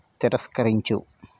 తిరస్కరించు